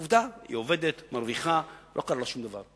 עובדה, הוא עובד, מרוויח, לא קרה לו שום דבר.